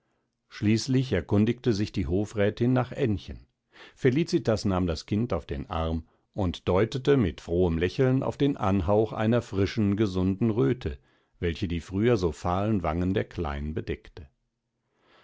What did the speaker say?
schließlich erkundigte sich die hofrätin nach aennchen felicitas nahm das kind auf den arm und deutete mit frohem lächeln auf den anhauch einer frischen gesunden röte welche die früher so fahlen wangen der kleinen bedeckte